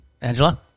Angela